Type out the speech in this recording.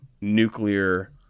nuclear